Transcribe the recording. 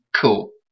cool